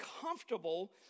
comfortable